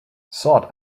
thought